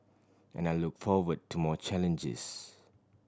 and I look forward to more challenges